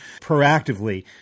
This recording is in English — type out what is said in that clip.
proactively